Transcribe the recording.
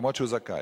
אף שהוא זכאי.